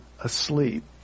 asleep